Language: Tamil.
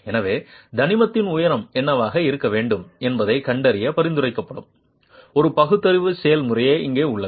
எனவே தனிமத்தின் உயரம் என்னவாக இருக்க வேண்டும் என்பதைக் கண்டறிய பரிந்துரைக்கப்படும் ஒரு பகுத்தறிவு செயல்முறை இங்கே உள்ளது